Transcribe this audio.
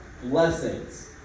blessings